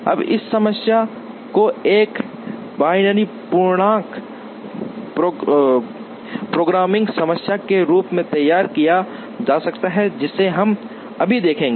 अब इस समस्या को एक बाइनरी पूर्णांक प्रोग्रामिंग समस्या के रूप में तैयार किया जा सकता है जिसे हम अभी देखेंगे